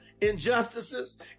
injustices